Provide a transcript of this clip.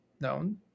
known